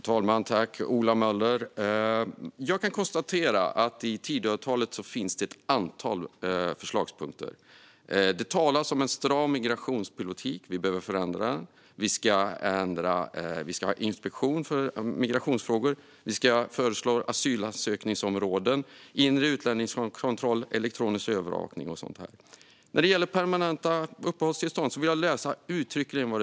Herr talman! Jag kan konstatera att i Tidöavtalet finns det ett antal förslagspunkter. Det talas om en stram migrationspolitik. Vi behöver förändra den. Vi ska ha en inspektion för migrationsfrågor. Vi föreslår asylansökningsområden, inre utlänningskontroll, elektronisk övervakning och sådant. När det gäller permanenta uppehållstillstånd vill jag läsa upp hur det uttrycks i avtalet.